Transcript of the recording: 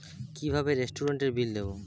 কিভাবে রেস্টুরেন্টের বিল দেবো?